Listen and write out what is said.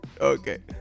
okay